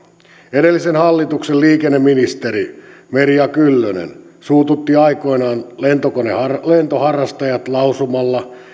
edellisen hallituksen liikenneministeri merja kyllönen suututti aikoinaan lentoharrastajat lausumalla